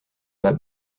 bas